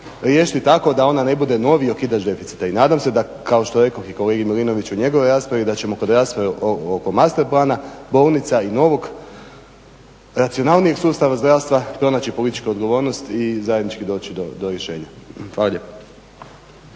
riješiti tako da ona ne bude noviji okidač deficita i nadam se da kao što rekoh i kolegi Milinoviću u njegovoj raspravi da ćemo kod rasprave oko Master plana, bolnica i novog racionalnijeg sustava zdravstva pronaći političku odgovornost i zajednički doći do rješenja. Hvala.